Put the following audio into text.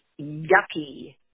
yucky